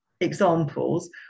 examples